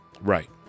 right